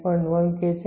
1K છે